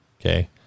Okay